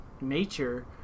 nature